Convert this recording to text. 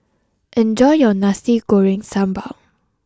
enjoy your Nasi Goreng Sambal